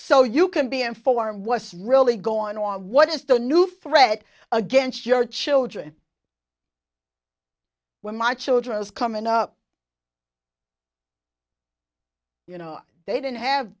so you can be informed was really going on what is the new fret against your children when my children is coming up you know they didn't have